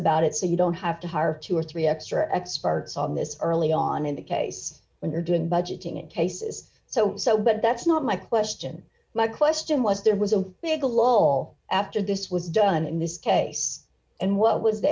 about it so you don't have to hire two or three x are experts on this early on in the case when you're doing budgeting and cases so so but that's not my question my question was there was a big lol after this was done in this case and what was